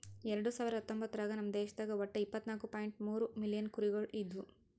ಎರಡು ಸಾವಿರ ಹತ್ತೊಂಬತ್ತರಾಗ ನಮ್ ದೇಶದಾಗ್ ಒಟ್ಟ ಇಪ್ಪತ್ನಾಲು ಪಾಯಿಂಟ್ ಮೂರ್ ಮಿಲಿಯನ್ ಕುರಿಗೊಳ್ ಇದ್ದು